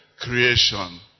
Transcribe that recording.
creation